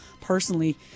personally